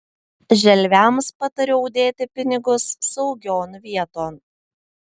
želviams patariau dėti pinigus saugion vieton